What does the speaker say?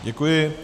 Děkuji.